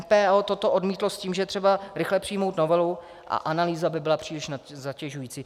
MPO toto odmítlo s tím, že je třeba rychle přijmout novelu a analýza by byla příliš zatěžující.